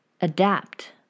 adapt